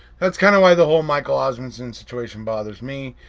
that's kind of why the whole michael osmunson situation bothers me.